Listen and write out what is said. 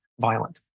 violent